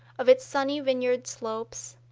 of its sunny vineyard slopes,